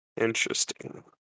Interesting